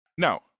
Now